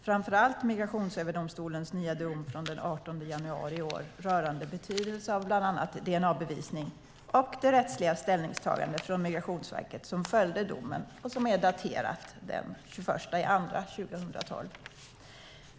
Framför allt är det Migrationsöverdomstolens nya dom från den 18 januari i år rörande betydelse av bland annat dna-bevisning och det rättsliga ställningstagandet från Migrationsverket som följde domen och som är daterat den 21 februari 2012.